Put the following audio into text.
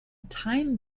time